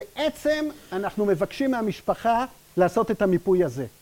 בעצם אנחנו מבקשים מהמשפחה לעשות את המיפוי הזה